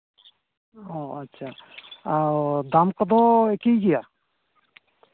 ᱚ ᱟᱪᱪᱷᱟ ᱟᱨ ᱚ ᱫᱟᱢ ᱠᱚᱫᱚ ᱮᱠᱤ ᱜᱮᱭᱟ